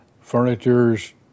furniture's